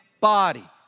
body